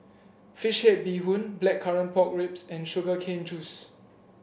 fish head Bee Hoon Blackcurrant Pork Ribs and Sugar Cane Juice